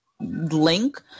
Link